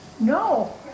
No